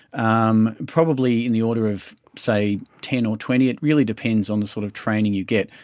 um probably in the order of, say, ten or twenty. it really depends on the sort of training you get,